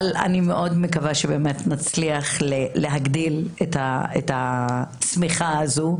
אני מאוד מקווה שנצליח להגדיל את השמיכה הזו,